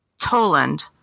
Toland